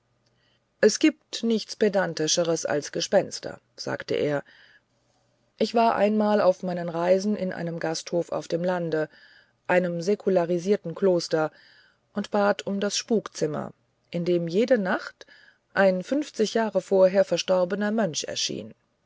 es gibt nichts pedantischeres als gespenster sagte er ich war einmal aus meinen reisen in einem gasthof auf dem lande einem säkularisierten kloster und bat um das spukzimmer in dem jede nacht ein fünfzig jahre vorher verstorbener mönch erschien